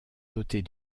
dotés